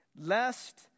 lest